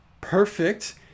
perfect